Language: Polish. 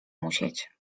musieć